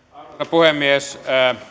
puhemies